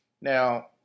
Now